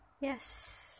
yes